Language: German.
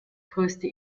größte